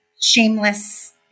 shameless